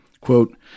Quote